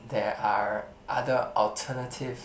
there are other alternative